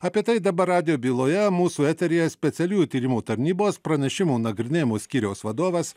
apie tai dabar radijo byloje mūsų eteryje specialiųjų tyrimų tarnybos pranešimų nagrinėjimo skyriaus vadovas